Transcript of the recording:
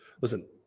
listen